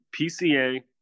PCA